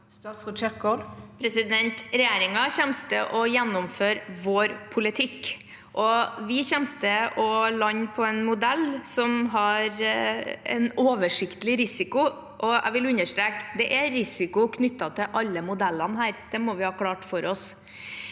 Ingvild Kjerkol Regjeringen kommer til å gjennomføre vår politikk, og vi kommer til å lande på en modell som har en oversiktlig risiko. Jeg vil understreke at det er risiko knyttet til alle modellene her. Det må vi ha klart for oss.